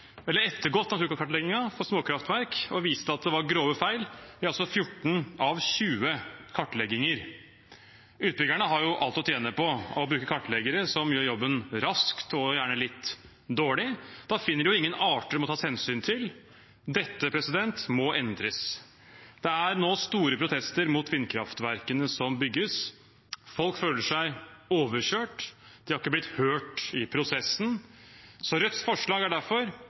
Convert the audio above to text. ettergått naturkartleggingen for småkraftverk og vist til at det var grove feil i 14 av 20 kartlegginger. Utbyggerne har jo alt å tjene på å bruke kartleggere som gjør jobben raskt – og gjerne litt dårlig. Da finner de jo ingen arter det må tas hensyn til. Dette må endres. Det er nå store protester mot vindkraftverkene som bygges. Folk føler seg overkjørt. De har ikke blitt hørt i prosessen. Rødts forslag er derfor